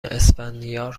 اسفندیار